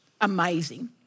amazing